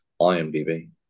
IMDB